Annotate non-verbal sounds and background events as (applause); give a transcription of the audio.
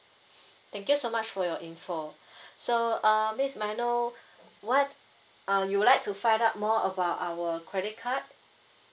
thank you so much for your info (breath) so uh miss may I know what uh you'd like to find out more about our credit card